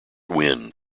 wind